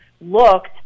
looked